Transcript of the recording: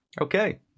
Okay